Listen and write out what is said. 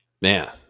Man